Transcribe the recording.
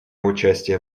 участие